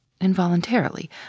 Involuntarily